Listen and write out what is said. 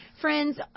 friends